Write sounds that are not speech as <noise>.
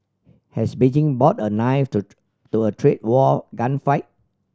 has Beijing brought a knife to <unintelligible> to a trade war gunfight